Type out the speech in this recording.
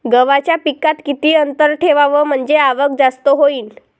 गव्हाच्या पिकात किती अंतर ठेवाव म्हनजे आवक जास्त होईन?